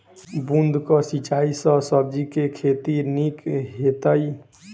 बूंद कऽ सिंचाई सँ सब्जी केँ के खेती नीक हेतइ?